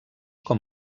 com